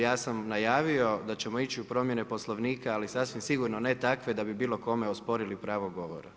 Ja sam najavio da ćemo ići u promjene Poslovnika, ali sasvim sigurno ne takve da bi bilo kome osporili pravo govora.